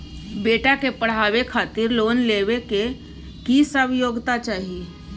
बेटा के पढाबै खातिर लोन लेबै के की सब योग्यता चाही?